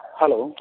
hello